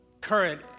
current